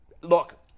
Look